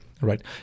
right